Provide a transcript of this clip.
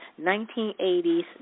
1980s